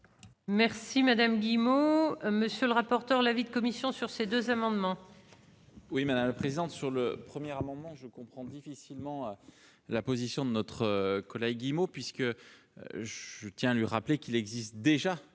Merci madame Guillemot, monsieur le rapporteur, l'avis de commission sur ces deux amendements. Oui, madame, présente sur le premièrement je comprends difficilement la position de notre collègue Guillemot puisque je tiens à lui rappeler qu'il existe déjà